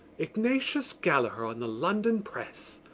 ignatius gallaher on the london press!